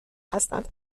هستند